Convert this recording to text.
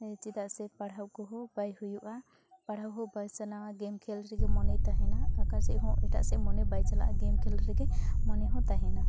ᱪᱮᱫᱟᱜ ᱥᱮ ᱯᱟᱲᱦᱟᱣ ᱠᱚᱦᱚᱸ ᱵᱟᱭ ᱦᱩᱭᱩᱜᱼᱟ ᱯᱟᱲᱦᱟᱣᱦᱚᱸ ᱵᱟᱭ ᱥᱟᱱᱟᱣᱟ ᱜᱮᱢ ᱠᱷᱮᱞᱨᱮ ᱜᱮ ᱢᱚᱱᱮᱭ ᱛᱟᱦᱮᱱᱟ ᱚᱠᱟᱥᱮᱫ ᱦᱚᱸ ᱮᱴᱟᱜ ᱥᱮᱫ ᱢᱚᱱᱮ ᱵᱟᱭ ᱪᱟᱞᱟᱜᱼᱟ ᱜᱮᱢ ᱠᱷᱮᱞ ᱨᱮᱜᱮ ᱢᱚᱱᱮ ᱦᱚᱸ ᱛᱟᱦᱮᱱᱟ